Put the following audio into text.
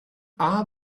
are